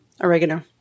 oregano